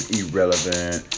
irrelevant